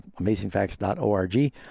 amazingfacts.org